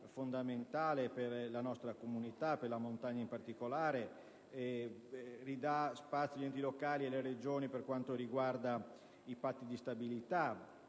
fondamentale per la nostra comunità e la montagna in particolare; ridà spazio e centralità agli enti locali e alle Regioni per quanto riguarda il Patto di stabilità;